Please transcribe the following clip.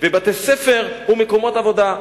בתי-ספר ומקומות עבודה.